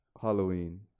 Halloween